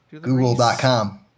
Google.com